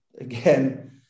again